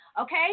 Okay